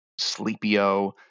Sleepio